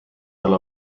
tal